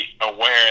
aware